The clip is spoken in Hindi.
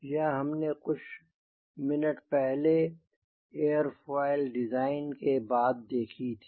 यह हमने कुछ मिनट पहले एरफोइल डिज़ाइन के बाद देखी थी